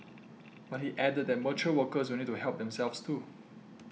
but he added that mature workers will need to help themselves too